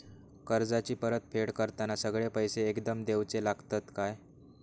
कर्जाची परत फेड करताना सगळे पैसे एकदम देवचे लागतत काय?